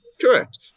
Correct